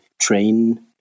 train